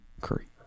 Curry